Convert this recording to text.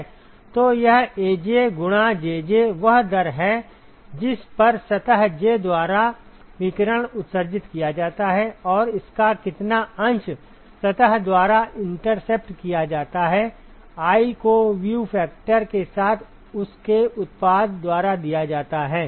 तो यह Aj गुणा Jj वह दर है जिस पर सतह J द्वारा विकिरण उत्सर्जित किया जाता है और इसका कितना अंश सतह द्वारा इंटरसेप्ट किया जाता है i को व्यू फैक्टर के साथ उस के उत्पाद द्वारा दिया जाता है